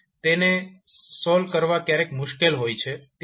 તેને ક્યારેક સોલ્વ કરવા મુશ્કેલ હોય છે